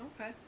Okay